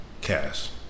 cast